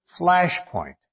flashpoint